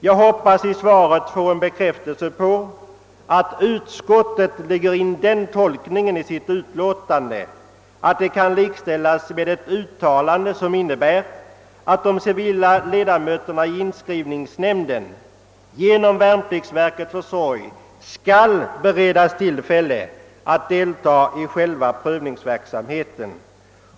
Jag hoppas i svaren få en bekräftelse på att utskottet lägger in den tolkningen i sitt utlåtande, att det kan likställas med ett uttalande som innebär att de civila ledamöterna i inskrivningsnämnden genom värnpliktsverkets försorg skall beredas tillfälle att delta i själva prövningsverksamheten.